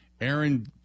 Aaron